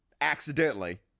Accidentally